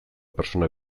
pertsona